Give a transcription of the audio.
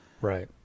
Right